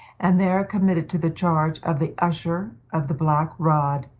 and there committed to the charge of the usher of the black rod.